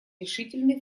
решительный